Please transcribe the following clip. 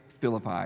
Philippi